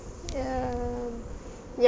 ya